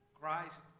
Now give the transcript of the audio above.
Christ